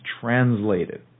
translated